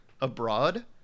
abroad